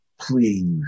Please